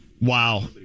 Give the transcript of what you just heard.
wow